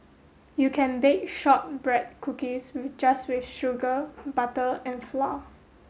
you can bake shortbread cookies just with sugar butter and flour